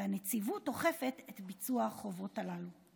והנציבות אוכפת את ביצוע החובות הללו.